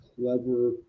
clever